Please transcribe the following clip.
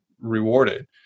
rewarded